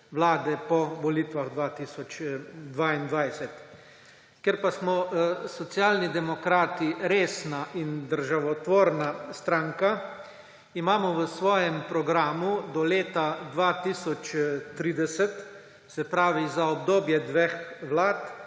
vlade po volitvah 2022. Ker pa smo Socialni demokrati resna in državotvorna stranka, imamo v svojem programu do leta 2030, se pravi za obdobje dveh vlad,